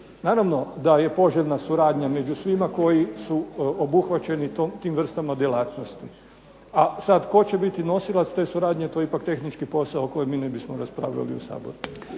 Naravno da je poželjna suradnja među svima koji su obuhvaćeni tom vrstom djelatnosti. A sada tko će biti nosilac te suradnje to je ipak tehnički posao koji ne bismo mi raspravljali u Saboru.